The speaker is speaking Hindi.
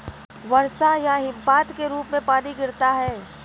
वर्षा या हिमपात के रूप में पानी गिरता है